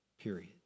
period